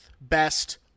best